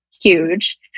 huge